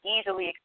easily